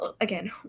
Again